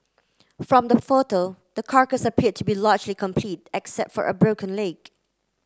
from the photo the carcass appear to be largely complete except for a broken leg